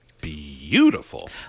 beautiful